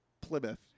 Plymouth